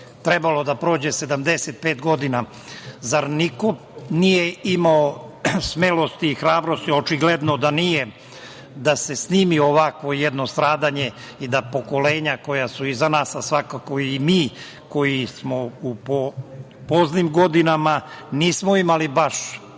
trebalo da prođe 75 godina? Zar niko nije imao smelosti i hrabrosti? Očigledno da nije. Da se snimi ovakvo jedno stradanje i da pokolenja koja su iza nas, a svakako i mi koji smo u poznim godinama nismo imali baš